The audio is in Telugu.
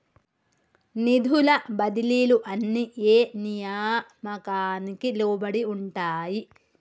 నిధుల బదిలీలు అన్ని ఏ నియామకానికి లోబడి ఉంటాయి?